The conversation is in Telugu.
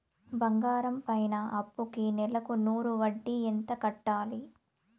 బంగారం పైన అప్పుకి నెలకు నూరు వడ్డీ ఎంత కట్టాలి?